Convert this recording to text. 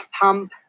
pump